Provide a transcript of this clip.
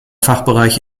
fachbereich